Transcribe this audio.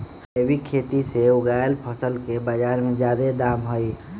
जैविक खेती से उगायल फसल के बाजार में जादे दाम हई